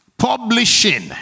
publishing